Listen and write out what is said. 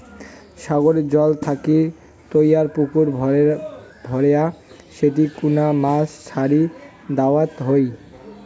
সাগরের জল থাকি তৈয়ার পুকুর ভরেয়া সেটি কুনা মাছ ছাড়ি দ্যাওয়ৎ হই